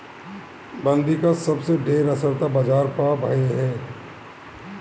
बंदी कअ सबसे ढेर असर तअ बाजार पअ भईल हवे